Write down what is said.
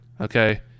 Okay